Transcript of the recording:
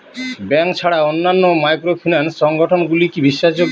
Bank ছাড়া অন্যান্য microfinance সংগঠন গুলি কি বিশ্বাসযোগ্য?